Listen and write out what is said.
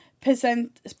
percent